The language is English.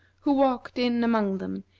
who walked in among them,